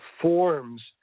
forms